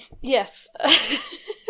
yes